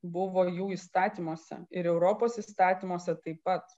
buvo jų įstatymuose ir europos įstatymuose taip pat